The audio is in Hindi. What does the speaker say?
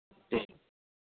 ठीक